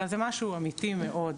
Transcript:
אלא זה משהו אמיתית מאוד.